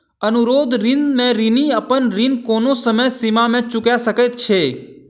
अनुरोध ऋण में ऋणी अपन ऋण कोनो समय सीमा में चूका सकैत छै